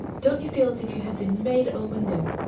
don't you feel as if you had been made over new?